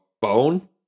Bone